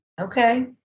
Okay